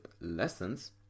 lessons